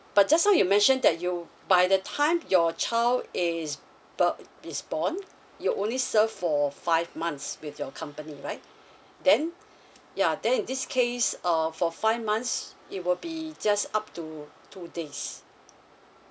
but just now you mention that you by the time your child is uh is born you only serve for five months with your company right then yeah then in this case uh for five months it will be just up to two days